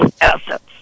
assets